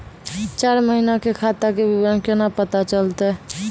चार महिना के खाता के विवरण केना पता चलतै?